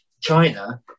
china